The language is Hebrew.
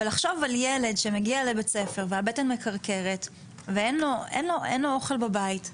לחשוב על ילד שמגיע לבית ספר והבטן מכרכרת ואין לו אוכל בבית,